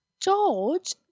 George